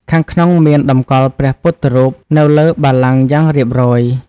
ខាងក្នុងមានតម្កល់ព្រះពុទ្ធរូបនៅលើបល្ល័ង្កយ៉ាងរៀបរយ។